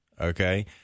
okay